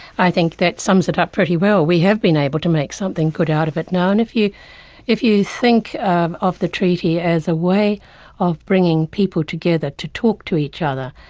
i think that sums it up pretty well. we have been able to make something good out of it now, and if you if you think um of the treaty as a way of bringing people together, to talk to each other,